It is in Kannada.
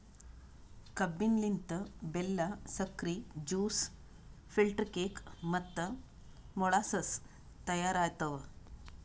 ಕಬ್ಬಿನ ಲಿಂತ್ ಬೆಲ್ಲಾ, ಸಕ್ರಿ, ಜ್ಯೂಸ್, ಫಿಲ್ಟರ್ ಕೇಕ್ ಮತ್ತ ಮೊಳಸಸ್ ತೈಯಾರ್ ಆತವ್